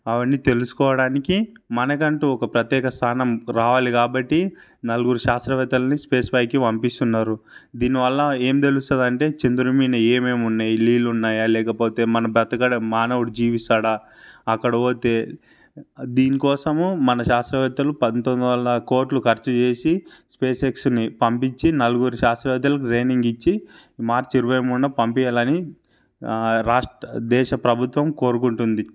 అవన్నీ తెలుసుకోవడానికి మనకంటూ ఒక ప్రత్యేక స్థానం రావాలి కాబట్టి నలుగురు శాస్త్రవేత్తల్ని స్పేస్ పైకి పంపిస్తున్నారు దీని వల్ల ఏం తెలుస్తుంది అంటే చంద్రుని మీన ఏమేం ఉన్నాయి నీళ్ళు ఉన్నాయా లేకపోతే మన బ్రతకడం మానవుడు జీవిస్తాడా అక్కడ పోతే దీని కోసము మన శాస్త్రవేత్తలు పంతొమ్మిది వందల కోట్లు ఖర్చు చేసి స్పేస్ ఎక్స్ని పంపించి నలుగురు శాస్త్రవేత్తలు ట్రైనింగ్ ఇచ్చి మార్చి ఇరవై మూడున పంపివ్వాలని రాష్ట్ర దేశ ప్రభుత్వం కోరుకుంటుంది